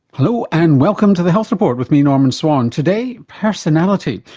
hello and welcome to the health report, with me, norman swan. today, personality,